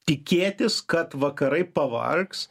tikėtis kad vakarai pavargs